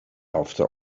after